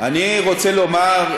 אני רוצה לומר,